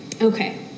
Okay